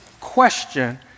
question